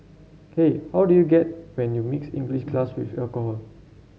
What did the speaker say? hey how do you get when you mix English class with alcohol